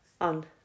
on